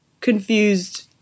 confused